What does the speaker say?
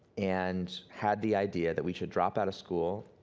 and had the idea that we should drop out of school,